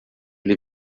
lhe